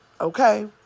okay